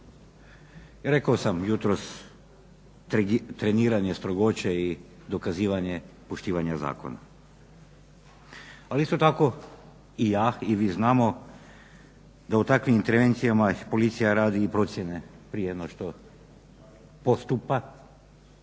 Rekao sam jutros, treniranje strogoće i dokazivanje poštivanja zakona, ali isto tako i ja i vi znamo da u takvim intervencijama policija radi i procjene prije no što postupa